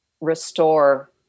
restore